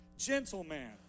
gentleman